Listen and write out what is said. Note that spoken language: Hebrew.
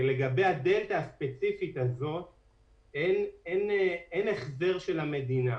אין החזר של המדינה.